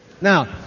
Now